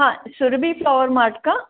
हां Surabhi flower mart का